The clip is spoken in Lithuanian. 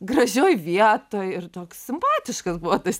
gražioj vietoj ir toks simpatiškas buvo tas